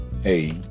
Hey